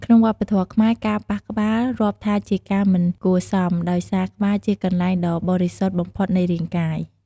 ក្នុងវប្បធម៌ខ្មែរ ការប៉ះក្បាលរាប់ថាជាការមិនគួរសម ដោយសារក្បាលជាកន្លែងដ៏បរិសុទ្ធបំផុតនៃរាងកាយ។